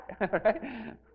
Right